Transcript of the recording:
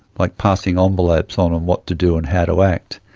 like passing ah envelopes on on what to do and how to act.